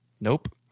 Nope